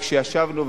וכשישבנו,